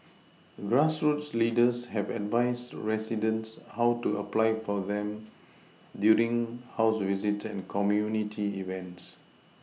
grassroots leaders have advised residents how to apply for them during house visits and community events